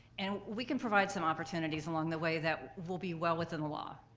and we can provide some opportunities along the way that will be well within the law.